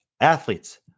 athletes